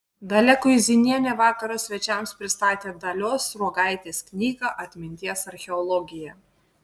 dalia kuizinienė vakaro svečiams pristatė dalios sruogaitės knygą atminties archeologija